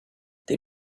they